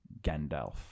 Gandalf